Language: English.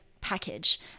package